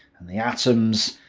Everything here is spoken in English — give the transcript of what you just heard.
and the atoms,